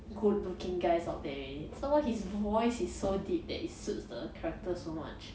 good looking guys out there already some more his voice is so deep that it suits the character so much